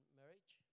marriage